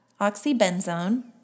Oxybenzone